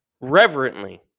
reverently